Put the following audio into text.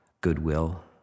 goodwill